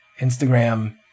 Instagram